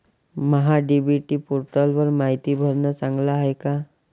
महा DBT पोर्टलवर मायती भरनं चांगलं हाये का?